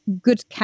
good